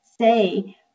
say